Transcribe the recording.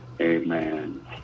Amen